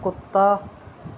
कुत्ता